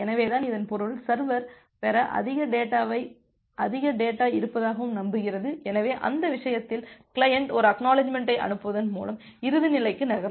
எனவே இதன் பொருள் சர்வர் பெற அதிக டேட்டா இருப்பதாக நம்புகிறது எனவே அந்த விஷயத்தில் கிளையன்ட் ஒரு ACK ஐ அனுப்புவதன் மூலம் இறுதி நிலைக்கு நகரும்